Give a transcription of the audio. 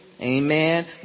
Amen